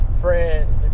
friend